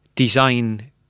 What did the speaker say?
design